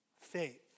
faith